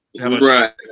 Right